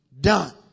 done